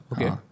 Okay